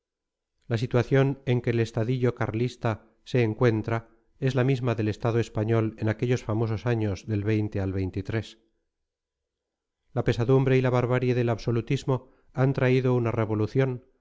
la situación en que el estadillo carlista se encuentra es la misma del estado español en aquellos famosos años del al la pesadumbre y la barbarie del absolutismo han traído una revolución